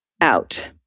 out